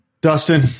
dustin